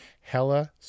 hella